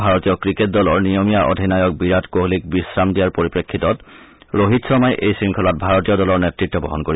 ভাৰতীয় ক্ৰিকেট দলৰ নিয়মীয়া অধিনায়ক বিৰাট কোহলীক বিশ্ৰাম দিয়াৰ পৰিপ্ৰেক্ষিতত ৰোহিত শৰ্মাই এই শংখলাত ভাৰতীয় দলৰ নেতত্ব বহন কৰিব